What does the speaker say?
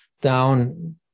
down